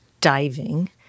diving